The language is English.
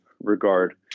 regard